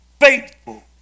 faithful